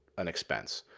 an expense.